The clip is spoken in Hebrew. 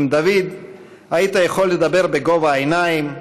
עם דוד היית יכול לדבר בגובה העיניים,